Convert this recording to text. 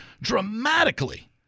dramatically